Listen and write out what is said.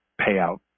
payout